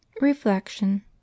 reflection